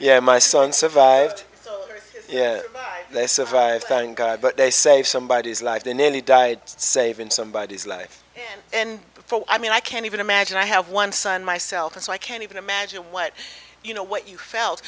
yeah my son survived yeah they survived thank god but they save somebody's life they nearly died saving somebody's life and before i mean i can't even imagine i have one son myself so i can't even imagine what you know what you felt